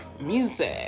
music